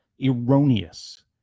erroneous